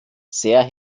sehr